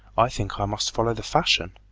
i think i must follow the fashion.